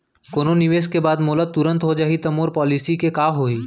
कोनो निवेश के बाद मोला तुरंत हो जाही ता मोर पॉलिसी के का होही?